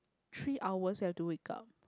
three hours you have to wake up